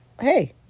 hey